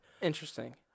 Interesting